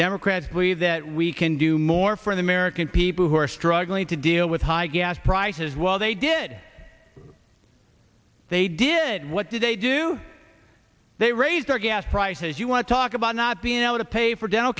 democrats believe that we can do more for the american people who are struggling to deal with high gas prices well they did they did what today do they raise their gas prices you want to talk about not being able to pay for dental